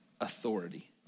authority